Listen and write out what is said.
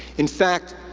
in fact,